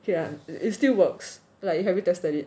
yeah it still works like have you tested it